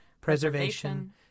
preservation